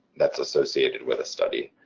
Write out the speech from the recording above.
that's associated with a study.